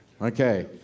Okay